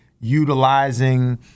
utilizing